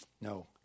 No